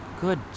Good